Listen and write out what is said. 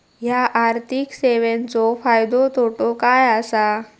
हया आर्थिक सेवेंचो फायदो तोटो काय आसा?